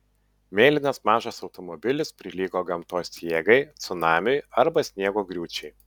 mėlynas mažas automobilis prilygo gamtos jėgai cunamiui arba sniego griūčiai